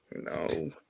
No